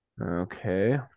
Okay